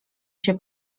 się